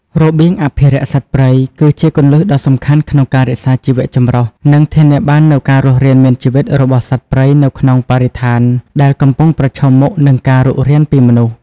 របៀងអភិរក្សសត្វព្រៃ គឺជាគន្លឹះដ៏សំខាន់ក្នុងការរក្សាជីវចម្រុះ និងធានាបាននូវការរស់រានមានជីវិតរបស់សត្វព្រៃនៅក្នុងបរិស្ថានដែលកំពុងប្រឈមមុខនឹងការរុករានពីមនុស្ស។